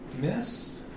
Miss